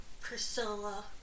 Priscilla